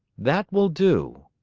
that will do,